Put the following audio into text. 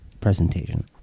presentation